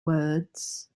words